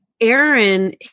Aaron